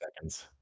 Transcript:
seconds